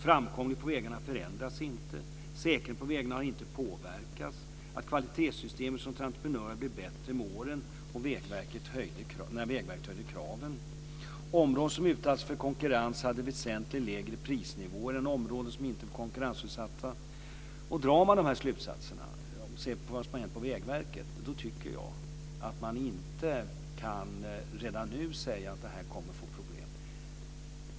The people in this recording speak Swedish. Framkomligheten på vägarna förändras inte. Säkerheten på vägarna har inte påverkats. Kvalitetssystemen hos entreprenörerna har blivit bättre med åren när Vägverket höjde kraven. Områden som utsatts för konkurrens hade väsentligt lägre prisnivåer än områden som inte är konkurrensutsatta. När man ser vad som har hänt i Vägverket tycker jag att man inte redan nu kan säga att detta kommer att ge problem.